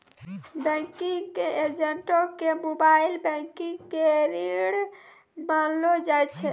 banking एजेंटो के mobile banking के रीढ़ मानलो जाय छै